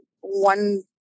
one